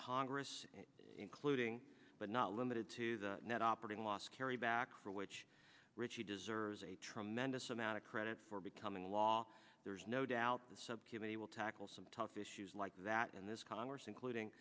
congress including but not limited to the net operating loss carry back for which rich he deserves a tremendous amount of credit for becoming law there's no doubt the subcommittee will tackle some tough issues like that in this congress including